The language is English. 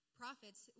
prophets